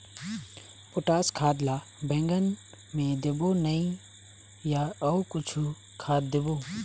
Potash खाद ला बैंगन मे देबो नई या अऊ कुछू खाद देबो?